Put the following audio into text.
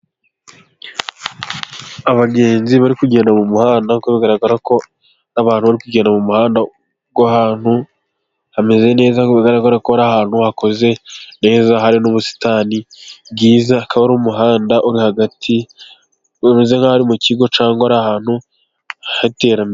Abagenzi bari kugenda mu muhanda , nk'uko bigaragara ko abantu bari kugera mu muhanda w'ahantu hameze neza, bigaragara ko ari ahantu hakoze neza hari n'ubusitani bwiza ,akaba ari umuhanda uri hagati umeze nk'aho ari mu kigo cyangwa ari ahantu hateranye.